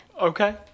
Okay